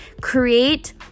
create